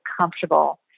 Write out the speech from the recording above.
comfortable